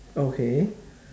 okay